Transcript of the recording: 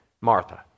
Martha